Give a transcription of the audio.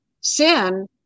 sin